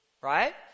Right